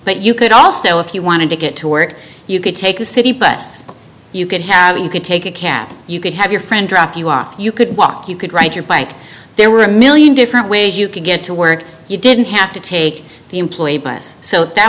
but you could also if you wanted to get to work you could take a city bus you could have you could take a cab you could have your friend drop you off you could walk you could ride your bike there were a million different ways you could get to work you didn't have to take the employee bus so that